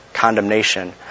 condemnation